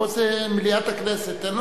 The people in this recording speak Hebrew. פה זה מליאת הכנסת.